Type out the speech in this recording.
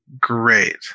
great